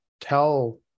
tell